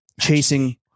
chasing